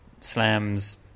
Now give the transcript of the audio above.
Slams